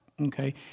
okay